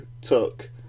took